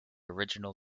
original